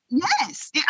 Yes